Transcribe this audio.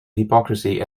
hypocrisy